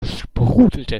sprudelte